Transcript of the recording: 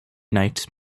night